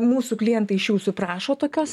mūsų klientai iš jūsų prašo tokios